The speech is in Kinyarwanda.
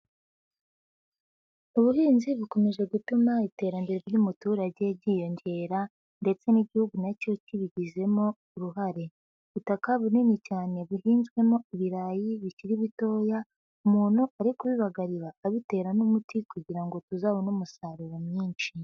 Ubuhinzi bukomeje gutuma iterambere ry'umuturage ryiyongera ndetse n'Igihugu na cyo kibigizemo uruhare, ubutaka bunini cyane buhinzwemo ibirayi bikiri bitoya, umuntu ari kubibagarira, abitera n'umuti kugira ngo tuzabone umusaruro mwinshi.